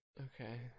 Okay